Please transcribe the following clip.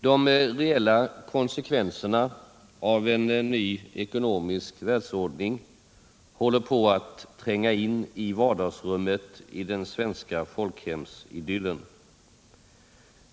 De reella konsekvenserna av en ny ekonomisk världsordning håller på att tränga in i vardagsrummet i den svenska folkhemsidyllen.